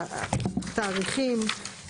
תאריכים.